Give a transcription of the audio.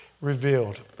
revealed